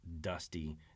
dusty